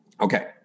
Okay